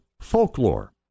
Folklore